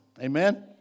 Amen